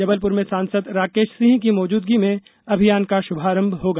जबलपुर में सांसद राकेश सिंह की मौजूदगी में अभियान का शुभारंभ होगा